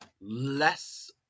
less